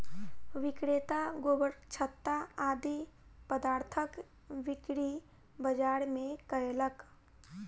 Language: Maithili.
विक्रेता गोबरछत्ता आदि पदार्थक बिक्री बाजार मे कयलक